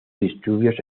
disturbios